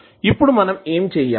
ఇప్పుడు మనం ఏమి చెయ్యాలి